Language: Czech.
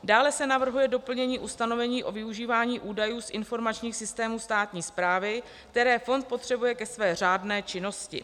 Dále se navrhuje doplnění ustanovení o využívání údajů z informačních systémů státní správy, které fond potřebuje ke své řádné činnosti.